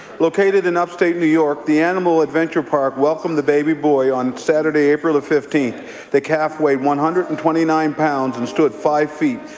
located in upstate new york, the animal adventure park welcomed the baby boy on saturday, april fifteenth. the calf weighed one hundred and twenty nine pounds and stood five feet,